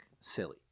silly